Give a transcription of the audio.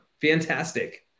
Fantastic